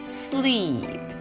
sleep